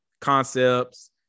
concepts